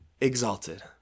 exalted